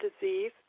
disease